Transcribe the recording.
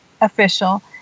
official